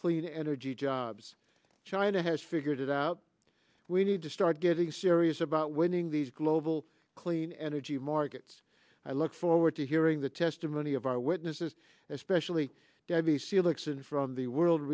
clean energy jobs china has figured it out we need to start getting serious about winning these global clean energy markets i look forward to hearing the testimony of our witnesses especially debbie's felix in from the world